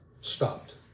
stopped